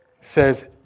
says